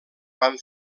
van